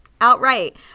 outright